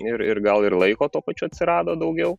ir ir gal ir laiko tuo pačiu atsirado daugiau